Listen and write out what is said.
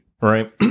Right